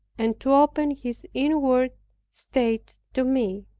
and to open his inward state to me.